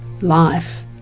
life